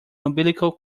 umbilical